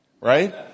right